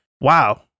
wow